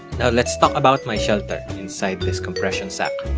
now let's talk about my shelter inside this compression sack